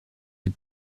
you